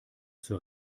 zur